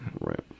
right